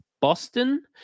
Boston